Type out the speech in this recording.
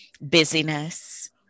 busyness